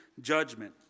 judgment